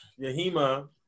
Yahima